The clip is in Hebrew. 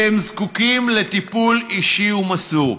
והם זקוקים לטיפול אישי ומסור.